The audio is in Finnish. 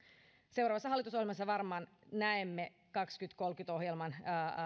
seuraavassa hallitusohjelmassa varmaan näemme kaksituhattakolmekymmentä ohjelman